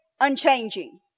unchanging